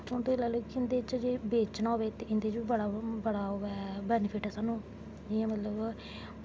हून तुस लाई लैओ इं'दे चा बेचना होए ते इं'दे च बी बड़ा बैनिफिट ऐ सानूं जि'यां मतलब